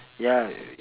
ya